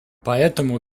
поэтому